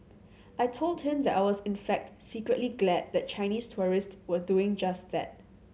I told him that I was in fact secretly glad that Chinese tourist were doing just that